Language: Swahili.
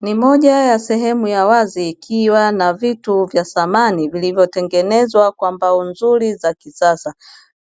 Ni moja ya sehemu ya wazi ikiwa na vitu vya samani vilivyotengenezwa kwa mbao nzuri za kisasa.